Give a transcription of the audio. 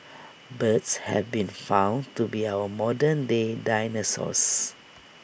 birds have been found to be our modern day dinosaurs